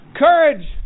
Courage